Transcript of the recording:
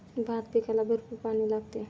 भात पिकाला भरपूर पाणी लागते